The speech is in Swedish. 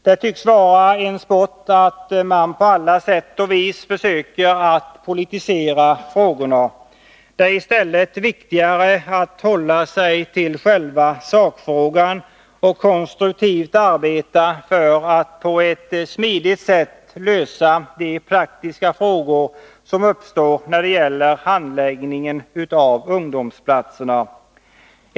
Det tycks vara en sport att på alla sätt och vis försöka politisera frågorna. Men det är viktigare att hålla sig till själva sakfrågan och konstruktivt arbeta för att man på ett smidigt sätt skall kunna lösa de praktiska problem som uppstår när det gäller handläggning av frågan om ungdomsplatserna.